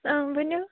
آ ؤنِو